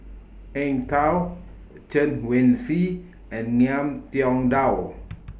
Eng Tow Chen Wen Hsi and Ngiam Tong Dow